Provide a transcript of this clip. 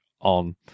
on